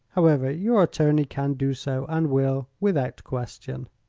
however, your attorney can do so, and will, without question.